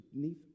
beneath